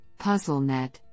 PuzzleNet